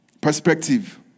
perspective